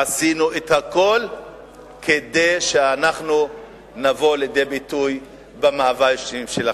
עשינו את הכול כדי להביא לידי ביטוי את המאוויים האישיים שלכם.